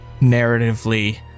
narratively